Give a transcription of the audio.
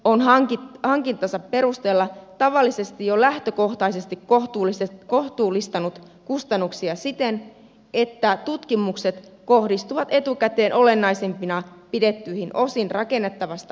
museovirasto on hankintansa perusteella tavallisesti jo lähtökohtaisesti kohtuullistanut kustannuksia siten että tutkimukset kohdistuvat etukäteen olennaisimpina pidettyihin osiin rakennettavasta alueesta